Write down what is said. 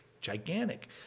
gigantic